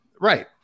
Right